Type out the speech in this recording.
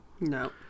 No